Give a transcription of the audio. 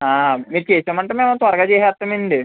మీరు చేసేయమంటే మేము త్వరగా చేసేస్తామండి